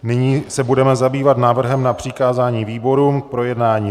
Nyní se budeme zabývat návrhem na přikázání výborům k projednání.